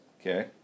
Okay